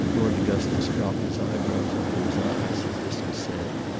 lord augustus dropped his eyebrows over his eyes as this was said.